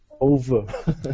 over